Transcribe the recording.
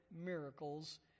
miracles